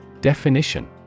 Definition